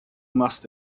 machst